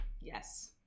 yes